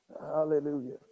Hallelujah